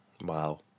Wow